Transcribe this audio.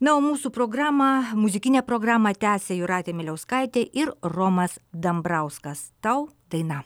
na o mūsų programą muzikinę programą tęsia jūratė miliauskaitė ir romas dambrauskas tau daina